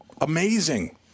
amazing